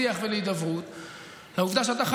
אנחנו אמרנו שאנחנו מתנגדים לזה,